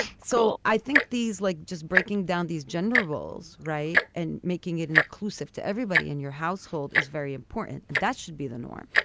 so i think these like just breaking down these gender roles. right. and making it inclusive to everybody in your household is very important. that should be the norm.